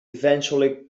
eventually